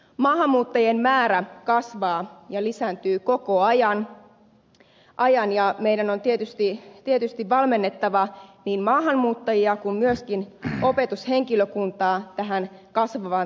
maahanmuuttajien määrä kasvaa ja lisääntyy koko ajan ja meidän on tietysti valmennettava niin maahanmuuttajia kuin myöskin opetushenkilökuntaa tähän kasvavaan tarpeeseen